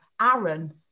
Aaron